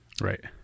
Right